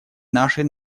нашей